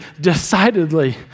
decidedly